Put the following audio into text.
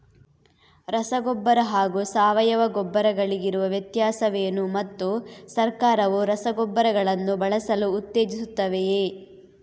ರಸಗೊಬ್ಬರ ಹಾಗೂ ಸಾವಯವ ಗೊಬ್ಬರ ಗಳಿಗಿರುವ ವ್ಯತ್ಯಾಸವೇನು ಮತ್ತು ಸರ್ಕಾರವು ರಸಗೊಬ್ಬರಗಳನ್ನು ಬಳಸಲು ಉತ್ತೇಜಿಸುತ್ತೆವೆಯೇ?